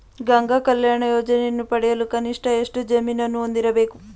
ಗಂಗಾ ಕಲ್ಯಾಣ ಯೋಜನೆಯನ್ನು ಪಡೆಯಲು ಕನಿಷ್ಠ ಎಷ್ಟು ಜಮೀನನ್ನು ಹೊಂದಿರಬೇಕು?